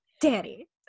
daddy